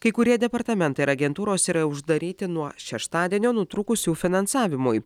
kai kurie departamentai ir agentūros yra uždaryti nuo šeštadienio nutrūkus jų finansavimui